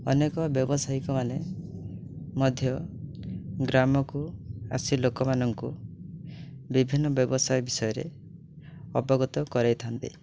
ଅନେକ ବ୍ୟବସାୟୀକ ମାନେ ମଧ୍ୟ ଗ୍ରାମକୁ ଆସି ଲୋକମାନଙ୍କୁ ବିଭିନ୍ନ ବ୍ୟବସାୟ ବିଷୟରେ ଅବଗତ କରାଇଥାନ୍ତି